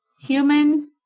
Human